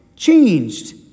changed